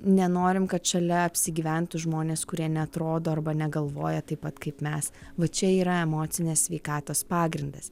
nenorim kad šalia apsigyventų žmonės kurie neatrodo arba negalvoja taip pat kaip mes va čia yra emocinės sveikatos pagrindas